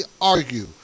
argue